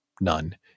None